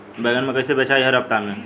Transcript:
बैगन कईसे बेचाई हर हफ्ता में?